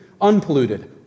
unpolluted